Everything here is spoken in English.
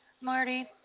Marty